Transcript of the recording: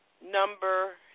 number